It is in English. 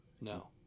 No